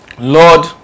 Lord